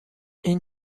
این